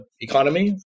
economy